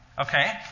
Okay